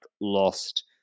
lost